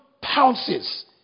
pounces